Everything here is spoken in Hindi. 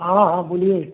हाँ हाँ बोलिए